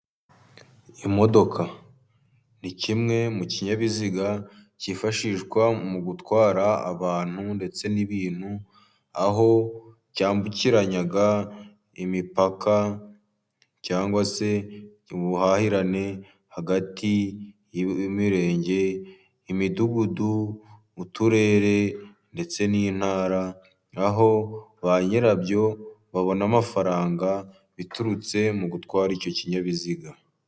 Imodoka ni kimwe mu kinyabiziga cyifashishwa mu gutwara abantu ndetse n'ibintu ,aho cyambukiranya imipaka cyangwa se ubuhahirane hagati y'imirenge, imidugudu, mu turere ndetse n'intara na ho ba nyirabyo babona amafaranga biturutse mu gutwara icyo kinyabiziga